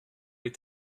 est